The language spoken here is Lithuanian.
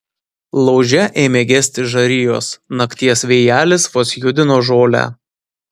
lauže ėmė gesti žarijos nakties vėjelis vos judino žolę